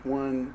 one